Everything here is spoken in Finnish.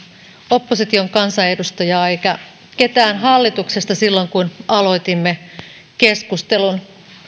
opposition kansanedustajaa eikä ketään hallituksesta silloin kun aloitimme keskustelun